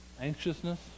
Anxiousness